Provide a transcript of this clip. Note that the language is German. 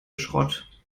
schrott